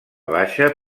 baixa